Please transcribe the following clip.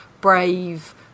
brave